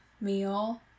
meal